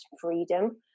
freedom